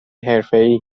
حرفهای